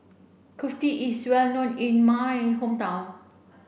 Kulfi is well known in my hometown